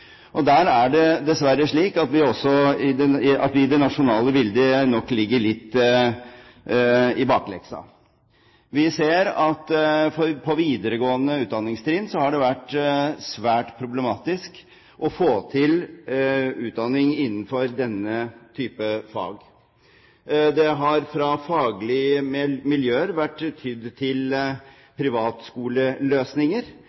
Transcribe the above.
Og der er det dessverre slik at vi i det nasjonale bildet nok ligger litt i bakleksa. Vi ser at på videregående utdanningstrinn har det vært svært problematisk å få til utdanning innenfor denne type fag. Det har fra faglige miljøer vært tydd til